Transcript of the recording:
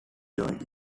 joined